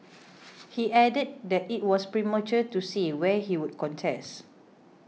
he added that it was premature to say where he would contest